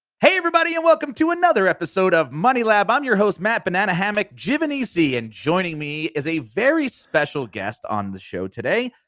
hey everybody and welcome to another episode of money lab. i'm um your host, matt banana hammock giovanisci and joining me is a very special guest on the show today.